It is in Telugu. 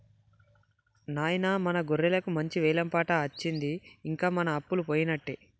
నాయిన మన గొర్రెలకు మంచి వెలం పాట అచ్చింది ఇంక మన అప్పలు పోయినట్టే